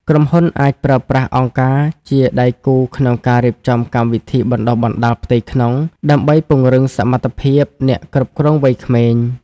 ក្រុមហ៊ុនអាចប្រើប្រាស់អង្គការជាដៃគូក្នុងការរៀបចំកម្មវិធីបណ្ដុះបណ្ដាលផ្ទៃក្នុង ដើម្បីពង្រឹងសមត្ថភាពអ្នកគ្រប់គ្រងវ័យក្មេង។